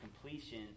completion